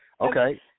okay